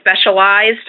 specialized